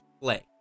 play